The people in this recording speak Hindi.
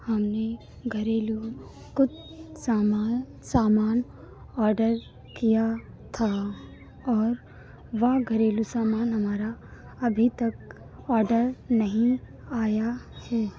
हमने घरेलू कुछ सामान सामान ओडर किया था और वह घरेलू सामान हमारा अभी तक ओडर नहीं आया है